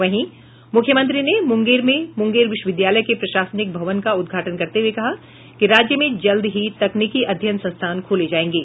वहीं मूख्यमंत्री ने मूंगेर में मूंगेर विश्वविद्यालय के प्रशासनिक भवन का उदघाटन करते हुए कहा कि राज्य में जल्द ही तकनीकी अध्ययन संस्थान खोले जाएंगे